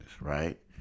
right